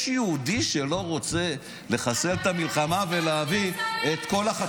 יש יהודי שלא רוצה לחסל את המלחמה ולהביא את כל החטופים?